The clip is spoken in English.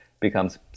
becomes